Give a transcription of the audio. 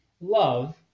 Love